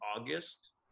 August